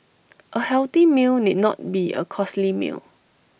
A healthy meal need not be A costly meal